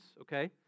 okay